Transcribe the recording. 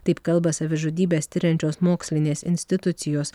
taip kalba savižudybes tiriančios mokslinės institucijos